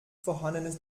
vorhandenes